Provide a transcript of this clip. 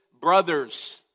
brothers